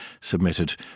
submitted